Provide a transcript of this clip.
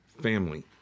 family